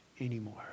anymore